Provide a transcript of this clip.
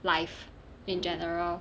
life in general